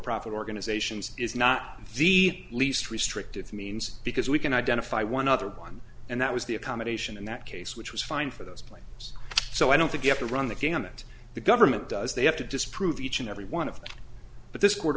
profit organizations is not the least restrictive means because we can identify one other one and that was the accommodation in that case which was fine for those plans so i don't think you have to run the gamut the government does they have to disprove each and every one of them but this court